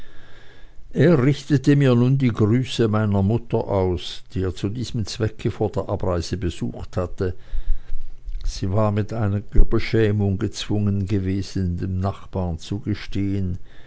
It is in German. er richtete mir mm die grüße meiner mutter aus die er zu diesem zwecke vor der abreise besucht hatte sie war mit einiger beschämung gezwungen gewesen dem nachbaren zu